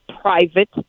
private